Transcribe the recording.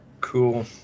cool